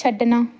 ਛੱਡਣਾ